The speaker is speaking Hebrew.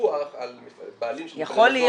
פיקוח על בעלים --- לישראל.